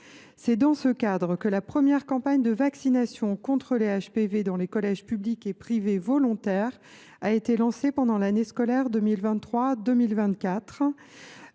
C’est dans ce cadre que la première campagne de vaccination contre les HPV dans les collèges publics et privés volontaires a été lancée pendant l’année scolaire 2023 2024.